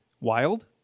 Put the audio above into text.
wild